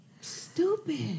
Stupid